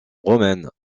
romaines